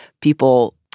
people